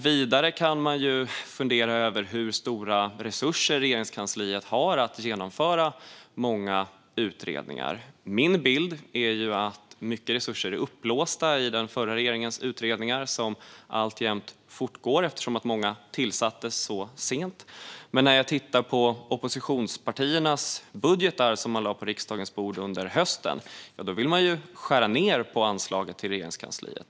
Vidare kan man fundera över hur stora resurser Regeringskansliet har för att genomföra många utredningar. Min bild är att mycket resurser är upplåsta i den förra regeringens utredningar, som alltjämt fortgår eftersom många tillsattes sent. Men när jag tittar på oppositionspartiernas budgetar, som de lade på riksdagens bord under hösten, ser jag att man vill skära ned på anslaget till Regeringskansliet.